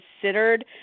considered